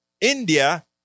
India